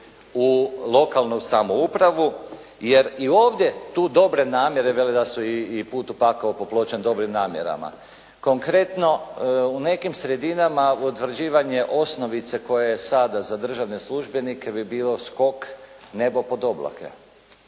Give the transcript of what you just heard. u lokalnu samoupravu jer i ovdje tu dobre namjere, vele da su i put u pakao popločen dobrim namjerama. Konkretno, u nekim sredinama utvrđivanje osnovice koje je sada za državne službenike bi bio skok nebu pod oblake